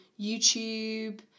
YouTube